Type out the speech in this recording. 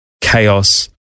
chaos